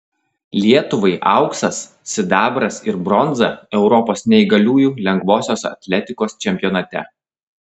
lietuvai auksas sidabras ir bronza europos neįgaliųjų lengvosios atletikos čempionate